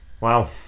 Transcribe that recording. Wow